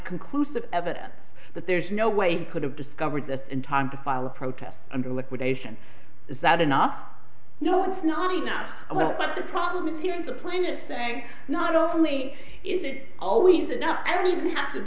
conclusive evidence that there's no way he could have discovered that in time to file a protest under liquidation is that enough no it's not enough that's the problem here is the plaintiff saying not only is it always enough i don't even have